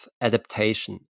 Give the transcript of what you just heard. adaptation